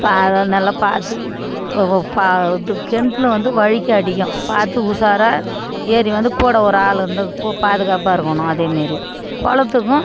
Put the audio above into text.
பா அதை நல்லா பார்த்து பா இது கிணத்துல வந்து வழுக்கி அடிக்கும் பார்த்து உசாராக ஏறி வந்து கூட ஒரு ஆள் இருந்து கு பாதுகாப்பாக இருக்கணும் அதேமாரி குளத்துக்கும்